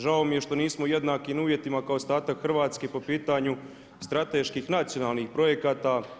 Žao mi je što nismo u jednakim uvjetima kao ostatak Hrvatske po pitanju strateških nacionalnih projekata.